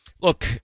Look